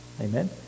Amen